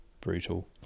brutal